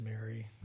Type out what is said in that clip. Mary